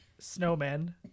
snowmen